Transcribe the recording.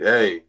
Hey